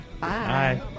Bye